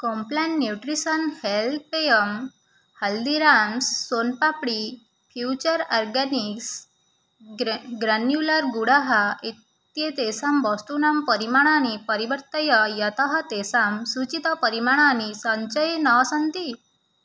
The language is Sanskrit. कोम्प्लान् न्यूट्रिसन् हेल्त् पेयम् हल्दिराम्स् सोन् पाप्डी फ़्यूचर् अर्गानिक्स् ग्र ग्रन्युलर् गुडः इत्येतेषां वस्तूनां परिमाणानि परिवर्तय यतः तेषां सूचितपरिमाणानि सञ्चये न सन्ति